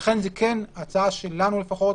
ולכן ההצעה שלנו לפחות,